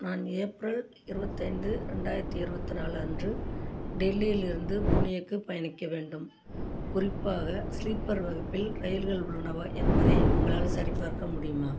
நான் ஏப்ரல் இருபத்தைந்து ரெண்டாயிரத்தி இருபத்து நாலு அன்று டெல்லியிலிருந்து புனேக்கு பயணிக்க வேண்டும் குறிப்பாக ஸ்லீப்பர் வகுப்பில் ரயில்கள் உள்ளனவா என்பதை உங்களால் சரிபார்க்க முடியுமா